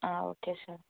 okay sir